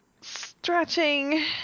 stretching